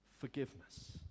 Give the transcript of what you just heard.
forgiveness